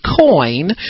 coin